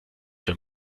wenn